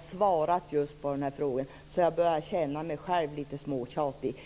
svarat på samma fråga, och jag börjar därför själv känna mig litet småtjatig.